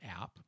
app